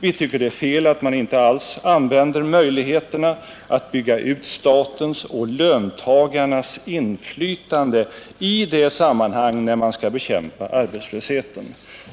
Vi tycker det är fel att man inte alls använder möjligheterna att bygga ut statens och ännu mindre löntagarnas inflytande när man skall bekämpa arbetslösheten.